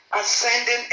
ascending